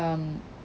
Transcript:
um